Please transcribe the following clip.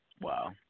Wow